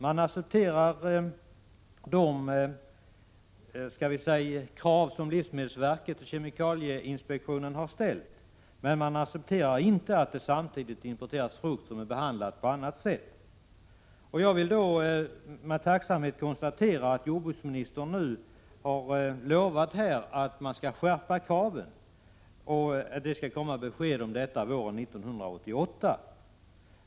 Man accepterar de krav som livsmedelsverket och kemikalieinspektionen har ställt, men man accepterar inte att det samtidigt importeras frukt som är behandlad på annat sätt än den svenska frukten. Med tacksamhet konstaterar jag att jordbruksministern här har lovat att kraven skall skärpas och att besked om detta skall komma våren 1988.